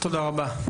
תודה רבה.